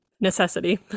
necessity